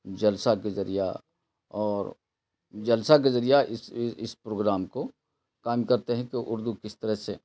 جلسہ کے ذریعہ اور جلسہ کے ذریعہ اس اس پروگرام کو قائم کرتے ہیں کہ اردو کس طرح سے